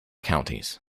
counties